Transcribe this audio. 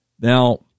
Now